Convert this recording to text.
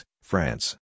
France